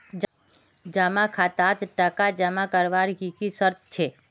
जमा खातात टका जमा करवार की की शर्त छे?